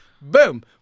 Boom